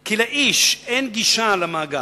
כי לאיש אין גישה למאגר,